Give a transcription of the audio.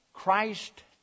Christ